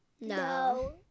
No